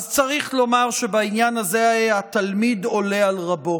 אז צריך לומר שבעניין הזה התלמיד עולה על רבו.